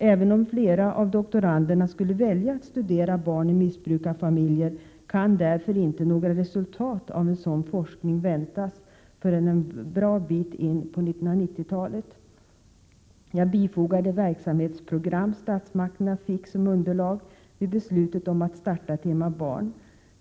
Även om flera av doktoranderna skulle välja att studera barn i missbrukarfamiljer kan därför inte några resultat av en sådan forskning väntas förrän en bra bit in på 1990-talet. Jag bifogar det verksamhetsprogram statsmakterna fick som underlag vid beslutet om att starta Tema Barn.